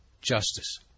justice